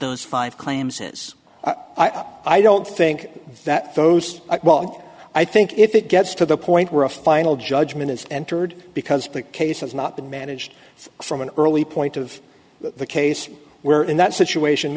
those five claims is i don't think that those are well i think if it gets to the point where a final judgment is entered because the case is not that managed so from an early point of the case where in that situation